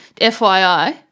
FYI